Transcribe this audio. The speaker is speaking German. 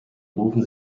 rufen